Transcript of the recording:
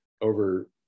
over